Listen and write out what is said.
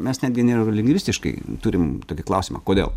mes netgi nėra lingvistiškai turim tokį klausimą kodėl